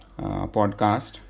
podcast